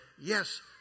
yes